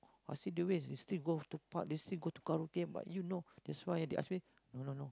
what's she do is they still go to pub they still go to karaoke but you no that's why they ask me no no no